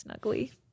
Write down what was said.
snuggly